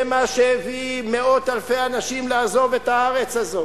זה מה שהביא מאות אלפי אנשים לעזוב את הארץ הזאת.